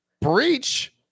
Breach